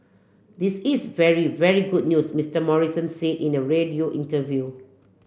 this is very very good news Mister Morrison said in a radio interview